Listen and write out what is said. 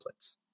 templates